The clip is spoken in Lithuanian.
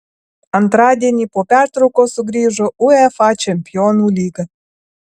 antradienį po pertraukos sugrįžo uefa čempionų lyga